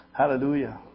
Hallelujah